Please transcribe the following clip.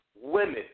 women